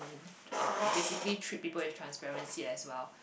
um treat people with transparency as well